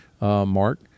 mark